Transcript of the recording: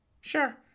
sure